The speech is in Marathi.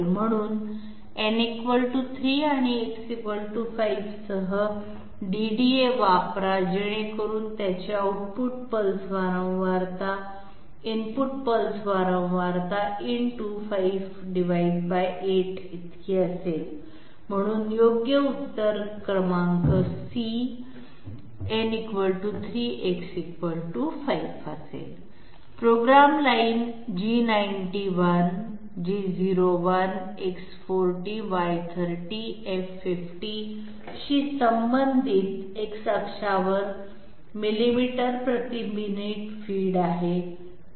म्हणून n 3 आणि X 5 सह DDA वापरा जेणेकरून त्याची आउटपुट पल्स वारंवारता इनपुट पल्स वारंवारता × 58 इतकी असेल म्हणून योग्य उत्तर क्रमांक C n 3 X5 असेल program line G91 G01 X40 Y30 F50 शी संबंधित X अक्षावर मिलिमीटर प्रति मिनिट फीड आहे